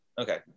Okay